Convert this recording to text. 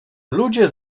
ludzie